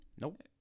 Nope